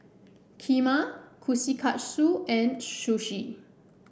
Kheema Kushikatsu and Sushi